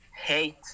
hate